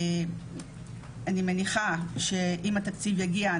אני מניחה שאם התקציב יגיע,